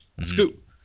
scoop